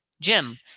Jim